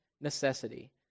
necessity